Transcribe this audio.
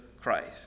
Christ